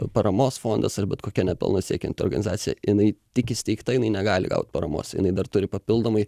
paramos fondas ar bet kokia ne pelno siekianti organizacija jinai tik įsteigta jinai negali gaut paramos jinai dar turi papildomai